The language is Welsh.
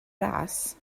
ras